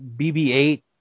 BB-8